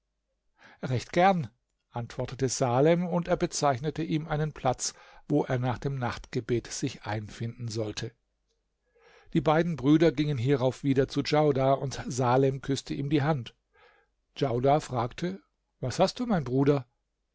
recht gern antwortete salem und er bezeichnete ihm einen platz wo er nach dem nachtgebet sich einfinden sollte die beiden brüder gingen hierauf wieder zu djaudar und salem küßte ihm die hand djaudar fragte was hast du mein bruder